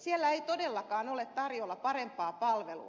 siellä ei todellakaan ole tarjolla parempaa palvelua